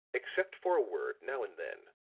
except for a word now and then,